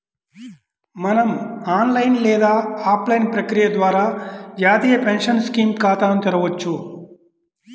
మనం ఆన్లైన్ లేదా ఆఫ్లైన్ ప్రక్రియ ద్వారా జాతీయ పెన్షన్ స్కీమ్ ఖాతాను తెరవొచ్చు